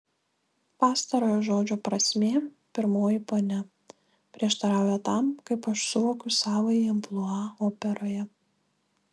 pastarojo žodžio prasmė pirmoji ponia prieštarauja tam kaip aš suvokiu savąjį amplua operoje